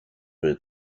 the